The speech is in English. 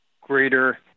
greater